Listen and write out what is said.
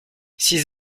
six